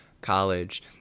college